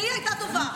והיא הייתה טובה?